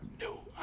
no